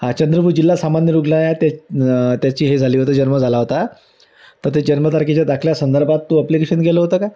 हा चंद्रपूर जिल्हा सामान्य रुग्णालयात त्या त्याची हे झाली होतं जन्म झाला होता तर ते जन्मतारखेच्या दाखल्यासंदर्भात तू अप्लिकेशन केलं होतं का